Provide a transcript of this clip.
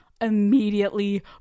immediately